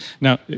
Now